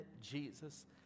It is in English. Jesus